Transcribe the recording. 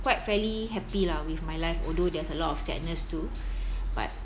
quite fairly happy lah with my life although there's a lot of sadness too but